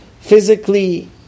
physically